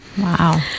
Wow